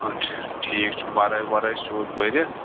آچھا ٹھیٖک چھُ برٲے وَرٲے سیوٚد بٔرِتھ